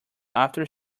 after